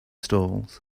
stalls